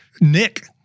Nick